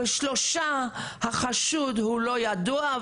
ושלושה החשוד הוא לא ידוע,